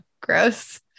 gross